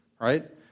right